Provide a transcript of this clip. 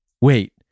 wait